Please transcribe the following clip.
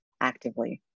actively